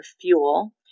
fuel